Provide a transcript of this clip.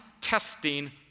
testing